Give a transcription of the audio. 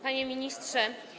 Panie Ministrze!